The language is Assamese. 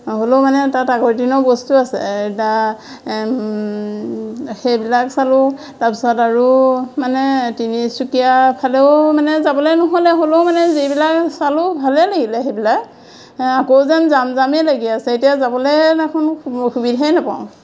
হ'লেও মানে তাত আগৰ দিনৰ বস্তু আছে এটা সেইবিলাক চালোঁ তাৰপিছত আৰু মানে তিনিচুকীয়া ফালেও মানে যাবলে নহ'লে হ'লেও মানে যিবিলাক চালোঁ ভালেই লাগিলে সেইবিলাক আকৌ যেন যাম জামেই লাগি আছে এতিয়া যাবলে দেখোন সুবিধাই নাপাওঁ